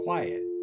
Quiet